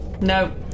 No